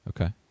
Okay